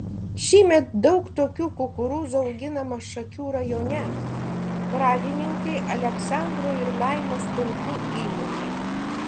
šįmet daug tokių kukurūzų auginama šakių rajone pradininkai aleksandro ir laimos stonkų įmonė